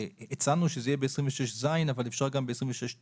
הצענו שזה יהיה בסעיף 26ז אבל אפשר גם ב-26ט.